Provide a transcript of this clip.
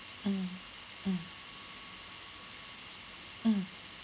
mm mm mm